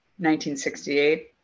1968